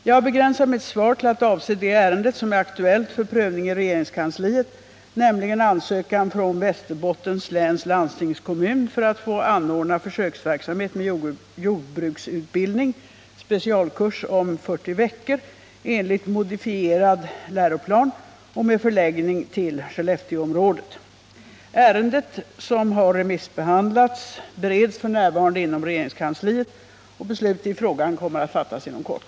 Jag begränsar mitt svar till att avse det ärende som är aktuellt för prövning i regeringskansliet, nämligen ansökan från Västerbottens läns landstingskommun att få anordna försöksverksamhet med jordbruksutbildning — specialkurs om 40 veckor —- enligt modifierad läroplan och med förläggning till Skellefteåområdet. Ärendet, som har remissbehandlats, bereds f.n. inom regeringskansliet. Beslut i frågan kommer att fattas inom kort.